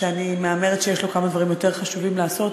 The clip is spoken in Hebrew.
שאני מהמרת שיש לו כמה דברים יותר חשובים לעשות.